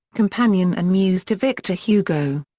companion and muse to victor hugo.